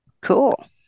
cool